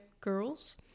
girls